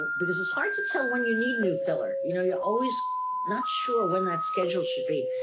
because it's hard to tell when you need new filler. you know, you're always not sure when that schedule should be,